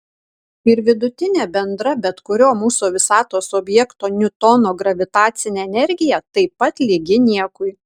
ir vidutinė bendra bet kurio mūsų visatos objekto niutono gravitacinė energija taip pat lygi niekui